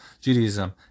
Judaism